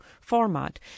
format